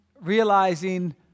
realizing